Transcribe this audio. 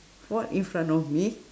fall in front of me